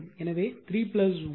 எனவே 3 1 0